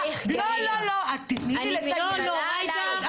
אני מתפלאה עליך גלית.